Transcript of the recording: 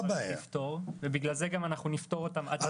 שצריך לפתור ובגלל זה אנחנו נפתור -- אל